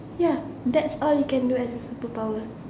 ya that's all you can do as a superpower